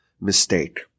mistake